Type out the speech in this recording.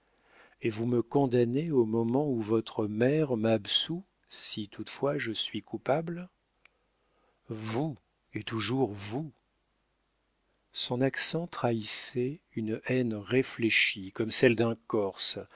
et vous me condamnez au moment où votre mère m'absout si toutefois je suis coupable vous et toujours vous son accent trahissait une haine réfléchie comme celle d'un corse